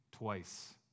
twice